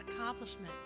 accomplishment